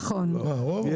נכון, הרוב.